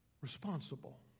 responsible